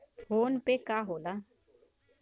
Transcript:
PhonePe का होला?